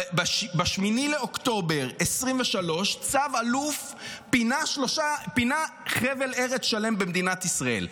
ב-8 באוקטובר 2023 צו אלוף פינה חבל ארץ שלם במדינת ישראל.